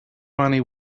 money